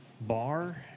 bar